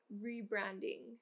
rebranding